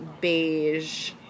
beige